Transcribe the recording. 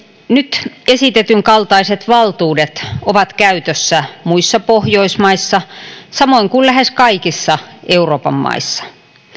nyt esitetyn kaltaiset valtuudet ovat käytössä muissa pohjoismaissa samoin kuin lähes kaikissa euroopan maissa